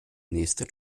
nächste